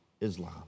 Islam